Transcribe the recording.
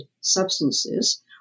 substances